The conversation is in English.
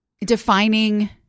defining